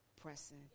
pressing